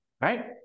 Right